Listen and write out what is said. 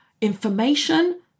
information